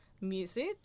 music